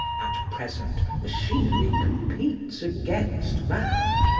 at present machinery competes against man.